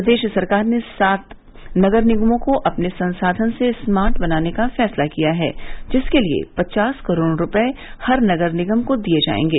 प्रदेश सरकार ने सात नगर निगमों को अपने संसाधन से स्मार्ट बनाने का फैसला लिया है जिसके लिये पचास करोड़ रूपये हर नगर निगम को दिये जायेंगे